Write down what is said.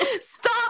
Stop